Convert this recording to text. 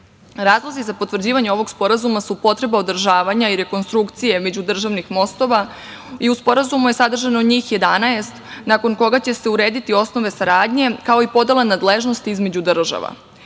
za potvrđivanje ovog sporazuma su potreba održavanja i rekonstrukcije međudržavnih mostova. U Sporazumu je sadržano njih 11, nakon čega će se urediti osnove saradnje, kao i podela nadležnosti između